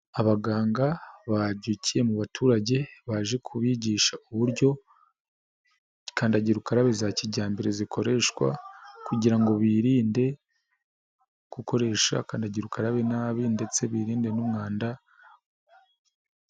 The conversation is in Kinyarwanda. Abaganga babyukiye mu baturage, baje kubigisha uburyo kandagira ukarabe za kijyambere zikoreshwa kugira ngo birinde gukoresha akanagira ukarabe nabi ndetse birinde n'umwanda.